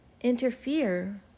interfere